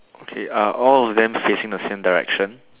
okay are all of them facing the same direction